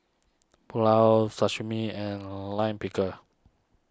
Pulao Sashimi and Lime Pickle